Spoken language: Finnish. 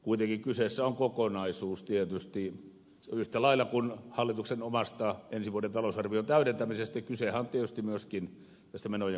kuitenkin kyseessä on kokonaisuus tietysti yhtä lailla kuin hallituksen omassa ensi vuoden talousarvion täydentämisessä kysehän on tietysti myöskin menojen kokonaisuudesta